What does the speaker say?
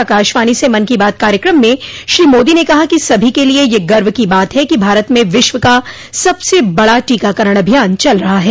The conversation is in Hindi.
आकाशवाणी से मन की बात कार्यक्रम में श्री मोदी ने कहा कि सभी के लिए यह गर्व की बात है कि भारत में विश्व का सबसे बड़ा टीकाकरण अभियान चल रहा है